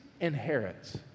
inherits